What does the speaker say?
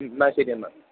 എന്നാൽ ശരി എന്നാൽ